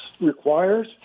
requires